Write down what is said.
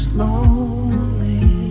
lonely